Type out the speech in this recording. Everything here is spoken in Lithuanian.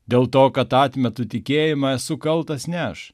dėl to kad atmetu tikėjimą esu kaltas ne aš